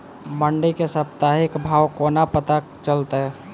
मंडी केँ साप्ताहिक भाव कोना पत्ता चलतै?